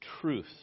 truth